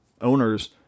owners